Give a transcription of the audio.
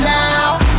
now